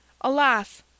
Alas